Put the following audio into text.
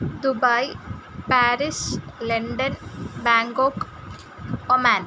Dubai Paris London Bangkok Oman